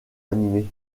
animé